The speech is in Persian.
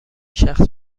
شخص